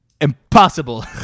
Impossible